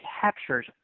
captures